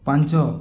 ପାଞ୍ଚ